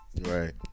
Right